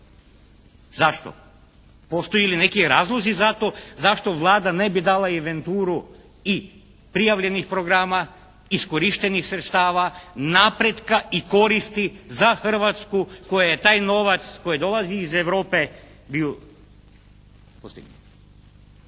Zašto? Postoje li neki razlozi zato zašto Vlada ne bi dala inventuru i prijavljenih programa, iskorištenih sredstava, napretka i koristi za Hrvatsku kojoj je taj novac koji dolazi iz Europe bio postignut.